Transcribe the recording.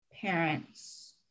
parents